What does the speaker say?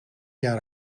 jaar